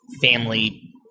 family